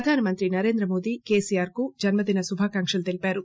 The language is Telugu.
ప్రధానమంత్రి నరేంద్రమౌదీ కేసీఆర్ కు జన్మదిన శుభాకాంక్షలు తెలిపారు